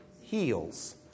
heals